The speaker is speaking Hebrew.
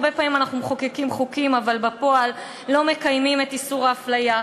הרבה פעמים אנחנו מחוקקים חוקים אבל בפועל לא מקיימים את איסור ההפליה.